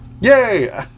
yay